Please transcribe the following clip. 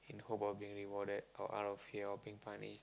in hope of getting rewarded or out of fear of being punished